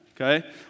Okay